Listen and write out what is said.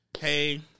hey